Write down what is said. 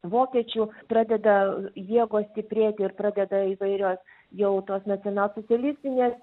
vokiečių pradeda jėgos stiprėti ir pradeda įvairios jau tos nacionalsocialistinės